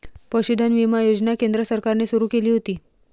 पशुधन विमा योजना केंद्र सरकारने सुरू केली होती